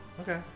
Okay